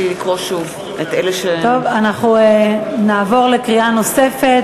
אנחנו נעבור לקריאה נוספת,